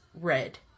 red